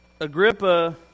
Agrippa